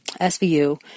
SVU